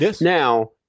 Now